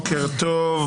בוקר טוב.